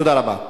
תודה רבה.